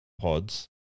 pods